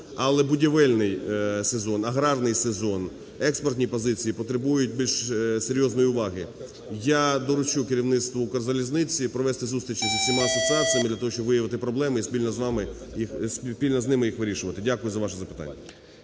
Але будівельний сезон, аграрний сезон, експортні позиції потребують більш серйозної уваги. Я доручу керівництву "Укрзалізниці" провести зустрічі з усіма асоціаціями для того, щоб виявити проблеми і спільно з вами, спільно з ними їх вирішувати. Дякую за ваше запитання.